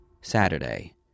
Saturday